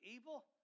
evil